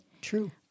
True